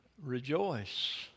Rejoice